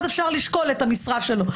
אז אפשר לשקול את המשרה שלו.